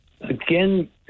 again